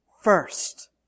first